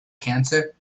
cancer